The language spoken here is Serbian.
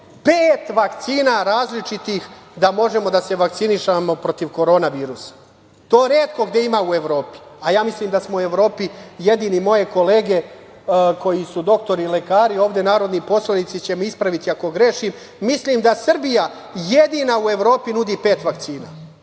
pet vakcina različitih da možemo da se vakcinišemo protiv Korona virusa. To retko gde ima u Evropi, a ja mislim da smo u Evropi jedini. Moje kolege koji su doktori, lekari, ovde narodni poslanici će me ispraviti, ako grešim, mislim da Srbija jedina u Evropi nudi pet vakcina.Zašto